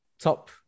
top